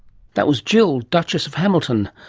that was jill, duchess of hamilton,